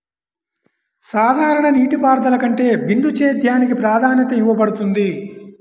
సాధారణ నీటిపారుదల కంటే బిందు సేద్యానికి ప్రాధాన్యత ఇవ్వబడుతుంది